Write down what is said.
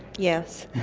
yes.